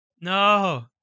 No